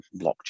blockchain